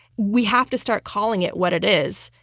we have to start calling it what it is.